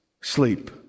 sleep